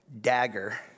dagger